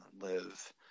live